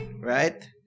right